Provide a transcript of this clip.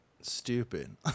stupid